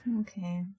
Okay